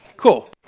cool